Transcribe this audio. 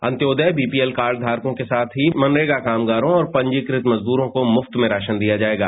अन्योदय BPL card धारकों के साथ ही मनरेगा कामगारों और पंजीकृत मजदूरों को मुफ्त में राशन दिया जायेगा